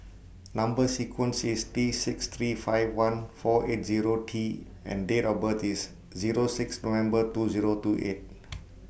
Number sequence IS T six three five one four eight Zero T and Date of birth IS Zero six November two Zero two eight